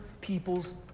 people's